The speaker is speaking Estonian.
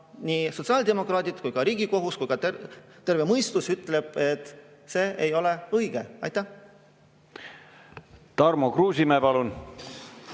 Nii sotsiaaldemokraadid, Riigikohus kui ka terve mõistus ütlevad, et see ei ole õige. Tarmo Kruusimäe, palun!